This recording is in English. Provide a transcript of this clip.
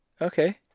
Okay